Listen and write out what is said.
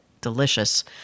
delicious